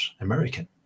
American